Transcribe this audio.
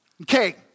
Okay